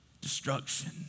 Destruction